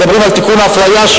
מדברים על תיקון האפליה,